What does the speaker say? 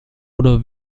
oder